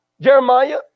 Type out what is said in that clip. Jeremiah